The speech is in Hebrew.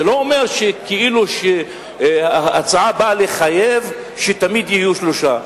זה לא אומר שההצעה באה לחייב שתמיד יהיו שלושה.